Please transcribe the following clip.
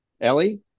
Ellie